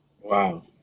Wow